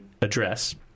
address